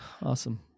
Awesome